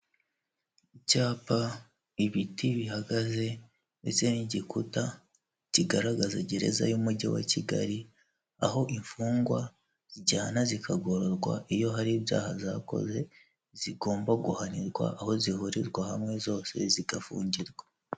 Icyapa, ibiti bihagaze, ndetse n'igikuta kigaragaza gereza y'umujyi wa Kigali, aho imfungwa zijyana zikagororwa iyo hari ibyaha zakoze ,zigomba guhanirwa aho zihurirwa hamwe zose zigafungirwa.